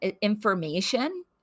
information